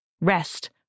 rest